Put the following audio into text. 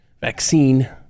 vaccine